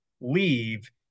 leave